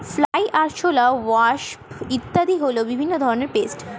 fly, আরশোলা, wasp ইত্যাদি হল বিভিন্ন রকমের পেস্ট